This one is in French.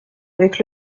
avec